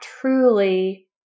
truly